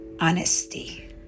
Honesty